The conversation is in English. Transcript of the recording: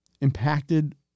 Impacted